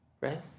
right